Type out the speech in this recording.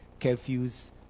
curfews